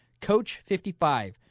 COACH55